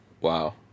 wow